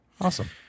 Awesome